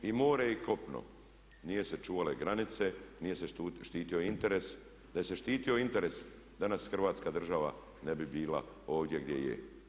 I more i kopno nije se čuvale granice, nije se štitio interes, da se štitio interes danas Hrvatska država ne bi bila ovdje gdje je.